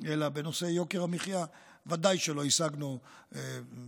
אלא בנושא יוקר המחיה, וודאי שלא השגנו אילו